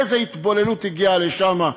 איזו התבוללות הגיעה לשם.